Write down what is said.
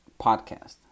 Podcast